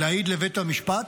להעיד בבית משפט,